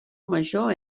major